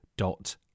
Dot